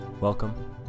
Welcome